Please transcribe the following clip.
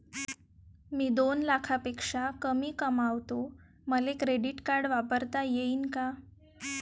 मी दोन लाखापेक्षा कमी कमावतो, मले क्रेडिट कार्ड वापरता येईन का?